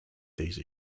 these